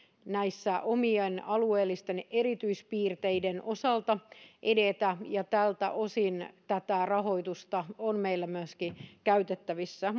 näissä alueellisesti omien alueellisten erityispiirteiden osalta ja tältä osin tätä rahoitusta on meillä myöskin käytettävissä